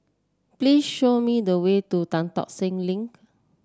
please show me the way to Tan Tock Seng Link